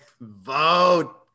vote